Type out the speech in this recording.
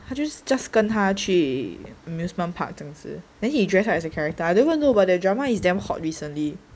他就是 just 跟他去 amusement park 正式 then he dressed up as a character I don't even know about that drama he's damn hot recently